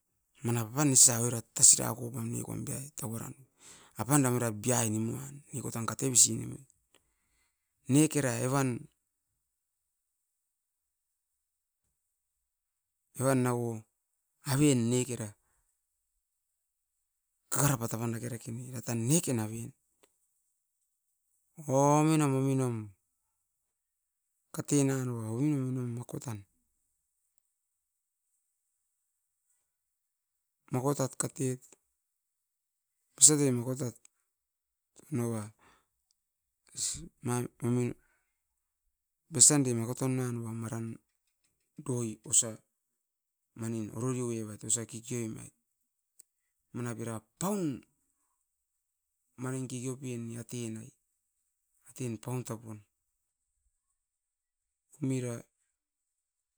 Manap apan nesia oirat tasirakopam niko era ai tauran apan dam era biai nimuan neko tan katevisi nimuan niekera evan nauo aven nekera kakarapat take dakerakena tan neken aven o ominom ominom katenanova oin oin makotan makot katet besiatare makotat nova ma am ominom besian de makotannuan maram doi osia manin ororiorevait osia kekeomait manap era paun manin kekeopen niaten ai katen paun tapun mira.